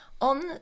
On